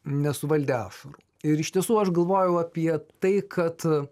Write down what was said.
nesuvaldė ašarų ir iš tiesų aš galvojau apie tai kad